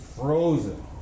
frozen